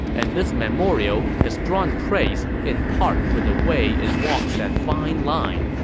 and this memorial has drawn praise in part for the way it walks that fine line,